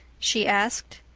she asked.